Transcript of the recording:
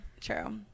True